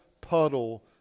puddle